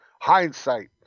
hindsight